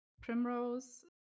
Primrose